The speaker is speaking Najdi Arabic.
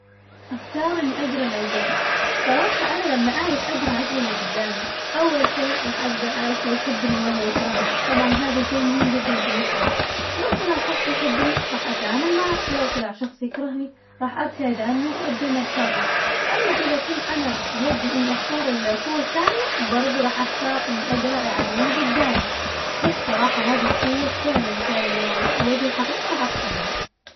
أختار إني أقرا العقول، صراحة أنا لما أعرف أقرا عقل اللي قدامي أول شي راح أقدر أعرف هو يحبني ولا يكرهني، طبعاً هذا شي مهم جداً بالنسبة لي، لو طلع شخص يحبني راح أتعامل معاه ولو طلع شخص يكرهني راح أبتعد عنه وأتجنب شره، أما إذا كنت أنا بيدي إني أختار ال- القوة الثانية برضه راح أختار إني أقرا عقل اللي قدامي، أحس صراحة هذي القوة فعلاً فعلاً لو على وجه الحقيقة راحة أختارها.